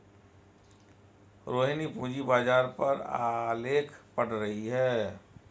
रोहिणी पूंजी बाजार पर आलेख पढ़ रही है